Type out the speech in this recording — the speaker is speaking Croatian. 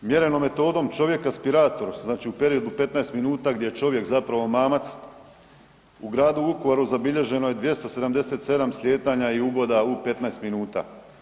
Mjerenom metodom čovjeka spiratora, što znači u periodu od 15 minuta gdje je čovjek zapravo mamac u gradu Vukovaru zabilježeno je 277 slijetanja i uboda u 15 minuta.